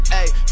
ayy